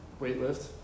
weightlift